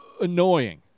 annoying